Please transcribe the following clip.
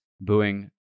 booing